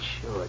sure